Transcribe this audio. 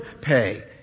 pay